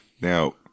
Now